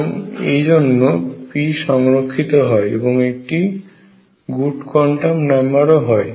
এবং এই জন্য p সংরক্ষিত হয় এবং একটি গুড কোয়ান্টাম নাম্বার ও হয়